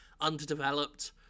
underdeveloped